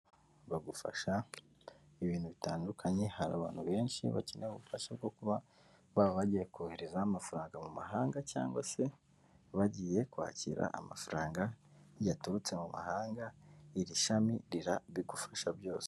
Bagufasha ibintu bitandukanye, hari abantu benshi bakeneye ubufasha bwo kuba baba bagiye kohereza amafaranga mu mahanga cyangwa se bagiye kwakira amafaranga yaturutse mu mahanga, iri shami rigufasha byose.